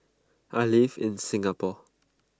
I live in Singapore